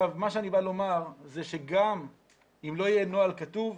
מה שאני בא לומר הוא שגם אם לא יהיה נוהל כתוב,